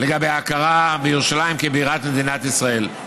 לגבי ההכרה בירושלים כבירת מדינת ישראל.